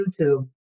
YouTube